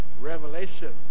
Revelation